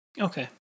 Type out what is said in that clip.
Okay